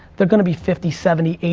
they're gonna be fifty, seventy, eighty,